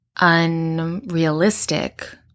unrealistic